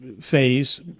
phase